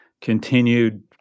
continued